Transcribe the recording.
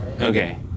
Okay